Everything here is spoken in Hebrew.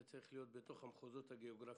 זה צריך להיות בתוך המחוזות הגיאוגרפיים,